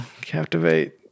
Captivate